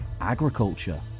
agriculture